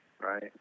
Right